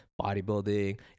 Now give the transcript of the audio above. bodybuilding